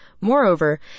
Moreover